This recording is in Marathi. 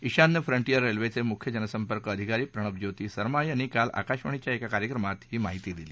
ईशान्य फ्रंटीयर रेल्वेचे मुख्य जनसंपर्क अधिकारी प्रणब ज्योती सर्मा यांनी काल आकाशवाणीच्या एका कार्यक्रमात ही माहिती दिली